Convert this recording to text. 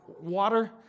water